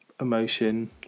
emotion